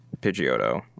Pidgeotto